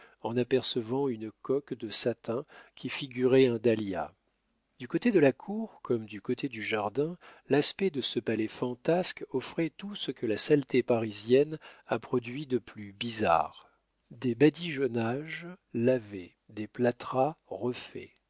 en apercevant une coque de satin qui figurait un dahlia du côté de la cour comme du côté du jardin l'aspect de ce palais fantasque offrait tout ce que la saleté parisienne a produit de plus bizarre des badigeonnages lavés des plâtras refaits